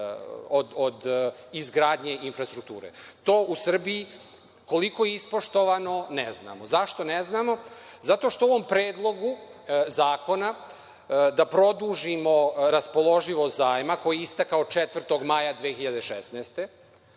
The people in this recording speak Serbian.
od izgradnje infrastrukture. To u Srbiji koliko je ispoštovano? Ne znamo. Zašto ne znamo? Zato što u ovom predlogu zakona da produžimo raspoloživost zajma koji je istakao 4. maja 2016.